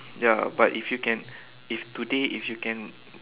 ya but if you can if today if you can